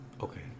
Okay